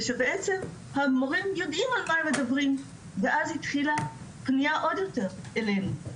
ושבעצם המורים יודעים על מה הם מדברים ואז התחילה פנייה עוד יותר אלינו.